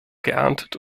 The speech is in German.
geerntet